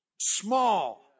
small